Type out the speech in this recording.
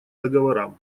договорам